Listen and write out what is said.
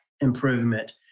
improvement